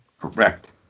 Correct